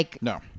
No